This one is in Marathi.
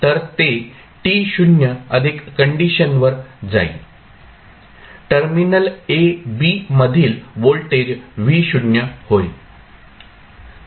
तर ते t0 अधिक कंडिशनवर जाईल टर्मिनल ab मधील व्होल्टेज V शून्य होईल